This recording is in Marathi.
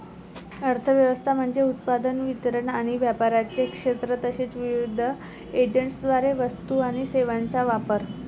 अर्थ व्यवस्था म्हणजे उत्पादन, वितरण आणि व्यापाराचे क्षेत्र तसेच विविध एजंट्सद्वारे वस्तू आणि सेवांचा वापर